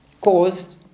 caused